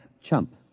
chump